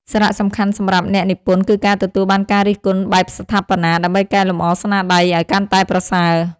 សារៈសំខាន់សម្រាប់អ្នកនិពន្ធគឺការទទួលបានការរិះគន់បែបស្ថាបនា ដើម្បីកែលម្អស្នាដៃឱ្យកាន់តែប្រសើរ។